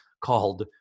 called